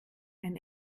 ein